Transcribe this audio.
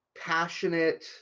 passionate